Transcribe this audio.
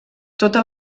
tota